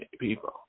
people